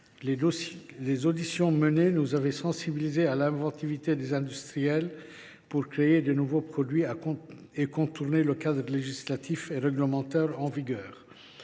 Les auditions menées nous avaient pourtant sensibilisés à l’inventivité des industriels pour créer de nouveaux produits et contourner le cadre législatif et réglementaire en vigueur.